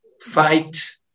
fight